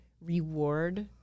reward